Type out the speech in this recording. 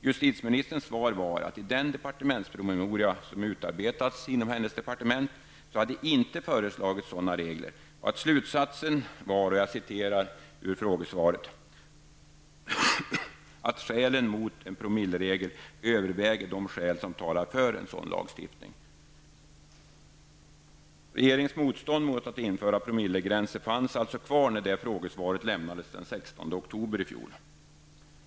Justitieministerns svar var att i den departementspromemoria som utarbetats inom hennes departement hade sådana regler inte föreslagits, och slutsatsen var ''att skälen mot en promilleregel överväger de skäl som talar för en sådan lagstiftning'' -- citatet är hämtat ur frågesvaret. Regeringens moststånd mot att införa promillegränser fanns alltså kvar när frågesvaret lämnades den 16 oktober i fjol.